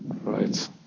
right